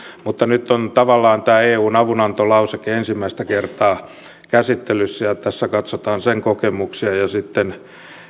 mutta nyt on tavallaan tämä eun avunantolauseke ensimmäistä kertaa käsittelyssä ja tässä katsotaan sen kokemuksia ja sitten